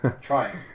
Trying